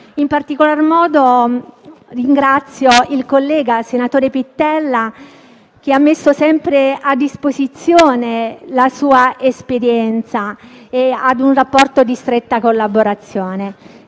In particolar modo, ringrazio il collega, senatore Pittella, che ha messo sempre a disposizione la sua esperienza in un rapporto di stretta collaborazione.